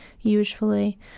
usually